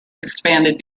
expanded